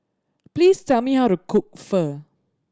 please tell me how to cook Pho